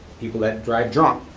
people that drive drunk,